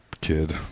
kid